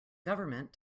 government